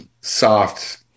soft